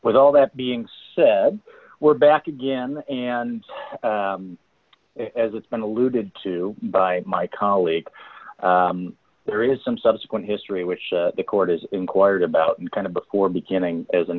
with all that being said we're back again and as it's been alluded to by my colleague there is some subsequent history which the court is inquired about and kind of before beginning as an